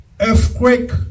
earthquake